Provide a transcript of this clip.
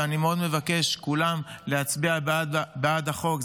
ואני מבקש מאוד מכולם להצביע בעד החוק.